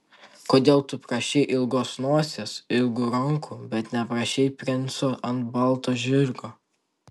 kodėl tu prašei ilgos nosies ilgų rankų bet neprašei princo ant balto žirgo